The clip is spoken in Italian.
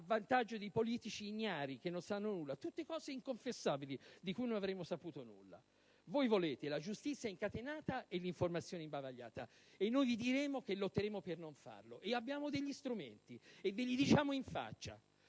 a vantaggio di politici ignari, che non sanno nulla. Tutte cose inconfessabili di cui non avremmo saputo nulla. Voi volete la giustizia incatenata e l'informazione imbavagliata: noi lotteremo per non farvelo fare. Abbiamo degli strumenti e ve li diciamo in faccia.